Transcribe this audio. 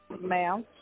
Ma'am